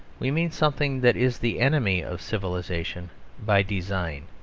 we mean something that is the enemy of civilisation by design.